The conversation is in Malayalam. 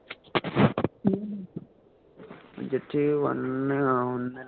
ജറ്റ് വന്ന് ഒന്ന